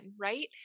right